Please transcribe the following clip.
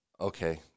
okay